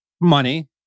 money